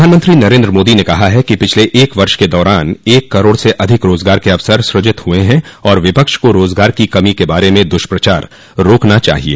प्रधानमंत्री नरेंद्र मोदी ने कहा है कि पिछले एक वर्ष के दौरान एक करोड़ से अधिक रोजगार के अवसर सृजित हुए हैं और विपक्ष को रोजगार की कमी के बारे में दुष्प्रचार रोकना चाहिए